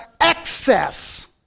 excess